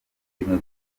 rimwe